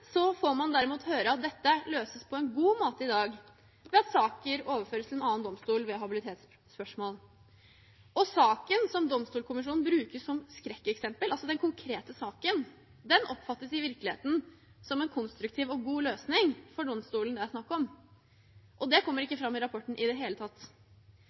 får man derimot høre at dette løses på en god måte i dag, ved at saker overføres til en annen domstol ved habilitetsspørsmål. Og den konkrete saken som Domstolkommisjonen bruker som skrekkeksempel, oppfattes i virkeligheten som en konstruktiv og god løsning for domstolen det er snakk om. Og det kommer ikke fram i rapporten i det hele tatt.